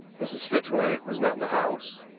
mrs. fitzroy was not in the house.